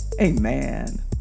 Amen